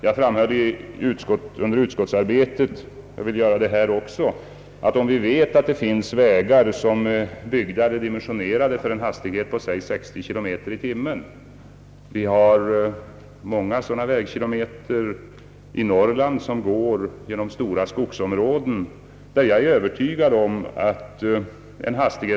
Jag framhöll under utskottsarbetet en synpunkt som jag också nu vill framföra. Det finns som bekant vägar byggda och dimensionerade för en viss hastighet, t.ex. 60 km i timmen, I Norrland finns det många sådana vägkilometer som går genom stora skogsområden.